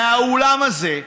מהאולם הזה,